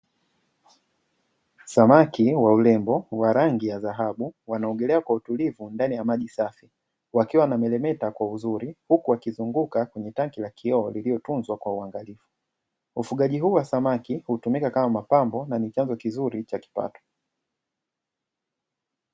Samaki wa urembo wa rangi ya dhahabu wanaogelea kwa utulivu ndani ya maji safi, wakiwa wanametameta kwa uzuri huku wakizunguka kwenye tanki la kioo lililotunzwa kwa uangalifu. Ufugaji huu wa samaki hutumika kama mapambo na ni chanzo kizuri cha kipato.